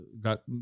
got